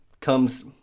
comes